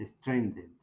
stranded